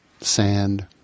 Sand